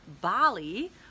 Bali